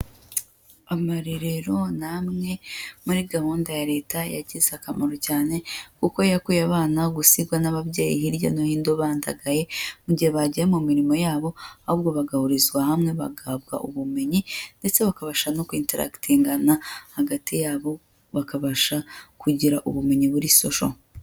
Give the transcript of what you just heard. Amarerero ni amwe muri gahunda ya leta yagize akamaro cyane kuko yakuye abana gusigwa n'ababyeyi hirya no hino bandagaye, mu gihe bagiye mu mirimo yabo ahubwo bagahurizwa hamwe bagahabwa ubumenyi ndetse bakabasha no kwinterakitingana hagati yabo bakabasha kugira ubumenyi buri social.